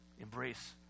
embrace